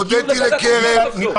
הודיתי לקרן.